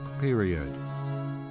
period